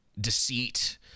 deceit